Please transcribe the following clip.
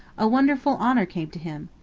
a wonderful honor came to him.